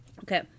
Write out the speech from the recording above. Okay